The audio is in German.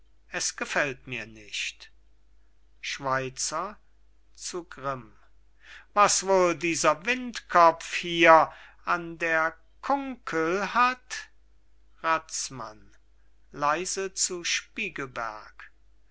es gefällt mir nicht schweizer zu grimm was wohl dieser windkopf hier an der kunkel hat razmann leise zu spiegelberg